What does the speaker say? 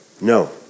No